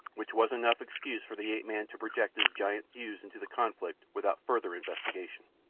which was enough excuse for the ape-man to project his giant thews into the conflict without further investigation.